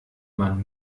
man